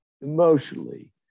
emotionally